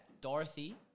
Dorothy